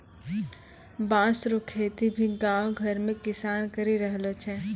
बाँस रो खेती भी गाँव घर मे किसान करि रहलो छै